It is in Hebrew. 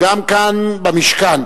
גם כאן במשכן